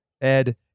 Ed